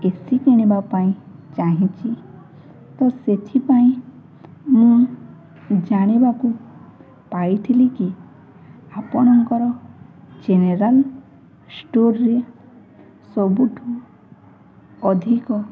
ଏ C କିଣିବା ପାଇଁ ଚାହିଁଛି ତ ସେଥିପାଇଁ ମୁଁ ଜାଣିବାକୁ ପାଇଥିଲି କି ଆପଣଙ୍କର ଜେନେରାଲ୍ ଷ୍ଟୋର୍ରେ ସବୁଠୁ ଅଧିକ